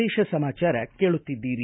ಪ್ರದೇಶ ಸಮಾಚಾರ ಕೇಳುತ್ತಿದ್ದೀರಿ